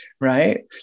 Right